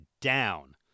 down